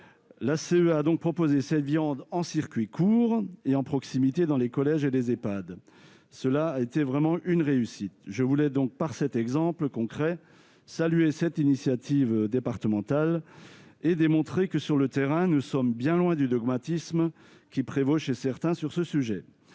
La CEA a donc proposé cette viande en circuit court et en proximité dans les collèges et les Ehpad. Ce fut une réussite que je tenais à saluer. Cette initiative départementale montre que, sur le terrain, nous sommes bien loin du dogmatisme qui prévaut chez certains sur ce sujet.